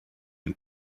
and